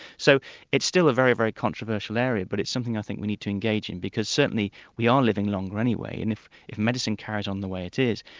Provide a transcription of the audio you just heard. so it's it's still a very, very controversial area, but it's something i think we need to engage in, because certainly we are living longer anyway, and if if medicine carries on the way it is,